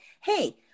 hey